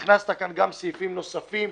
הכנסת גם סעיפים נוספים.